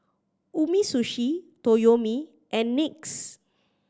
Umisushi Toyomi and NYX